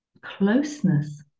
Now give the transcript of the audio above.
closeness